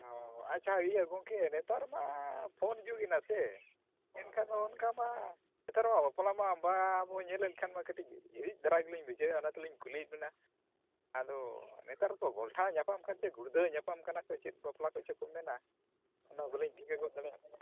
ᱦᱮᱸ ᱟᱪᱪᱷᱟ ᱜᱚᱢᱠᱮ ᱱᱮᱛᱟᱨ ᱢᱟ ᱯᱷᱳᱱ ᱡᱩᱜᱽ ᱮᱱᱟ ᱥᱮ ᱮᱱᱠᱷᱟᱱ ᱫᱚ ᱚᱱᱠᱟ ᱢᱟ ᱱᱮᱛᱟᱨ ᱢᱟ ᱵᱟᱯᱞᱟ ᱢᱟ ᱵᱟᱵᱚ ᱧᱮᱞᱮᱫ ᱠᱷᱟᱱ ᱢᱟ ᱠᱟᱹᱴᱤᱡ ᱦᱤᱨᱤᱡ ᱫᱷᱟᱨᱟ ᱜᱮᱞᱤᱧ ᱵᱩᱡᱷᱟᱹᱣᱮᱜᱼᱟ ᱚᱱᱟ ᱛᱮᱞᱤᱧ ᱠᱩᱞᱤᱭᱮᱫ ᱵᱮᱱᱟ ᱟᱫᱚ ᱱᱮᱛᱟᱨ ᱠᱚ ᱜᱚᱞᱴᱷᱟᱣ ᱧᱟᱯᱟᱢ ᱠᱷᱟᱹᱛᱤᱨ ᱜᱩᱲᱫᱷᱟᱹᱣ ᱧᱟᱯᱟᱢ ᱠᱟᱱᱟ ᱠᱚ ᱪᱮᱫ ᱵᱟᱯᱞᱟ ᱠᱚᱪᱚ ᱠᱚ ᱢᱮᱱᱟ ᱚᱱᱟ ᱜᱮᱞᱤᱧ ᱴᱷᱤᱠᱟᱹ ᱜᱚᱫ ᱫᱟᱲᱮᱭᱟᱜ ᱠᱟᱱᱟ